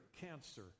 cancer